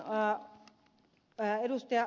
kun ed